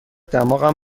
دماغم